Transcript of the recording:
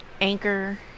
Anchor